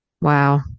Wow